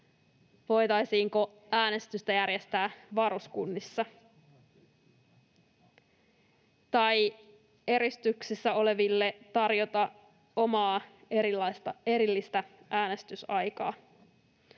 Voitaisiinko äänestystä järjestää varuskunnissa tai tarjota eristyksessä oleville omaa erillistä äänestysaikaa?